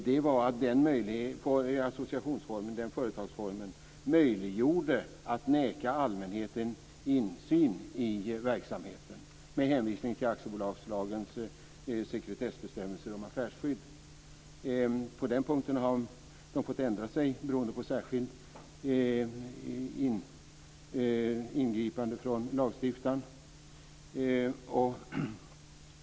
Det var den företagsform som möjliggjorde att neka allmänheten insyn i verksamheten med hänvisning till aktiebolagslagens sekretessbestämmelser om affärsskydd. På den punkten har de fått ändra sig beroende på särskilt ingripande från lagstiftaren.